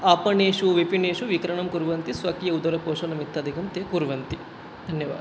आपणेषु विपिणेषु विक्रयणं कुर्वन्ति स्वकीय उदरपोषणनिमित्तादिकं ते कुर्वन्ति धन्यवादः